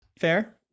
Fair